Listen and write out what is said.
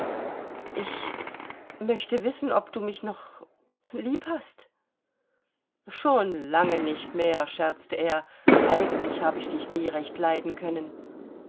ich möchte wissen ob du mich noch lieb hast schon lange nicht mehr scherzte er eigentlich habe ich dich nie recht leiden können